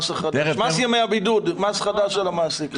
מס ימי הבידוד, מס חדש על המעסיקים.